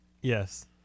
Yes